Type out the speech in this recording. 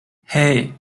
hey